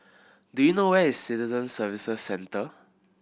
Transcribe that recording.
do you know where is Citizen Services Centre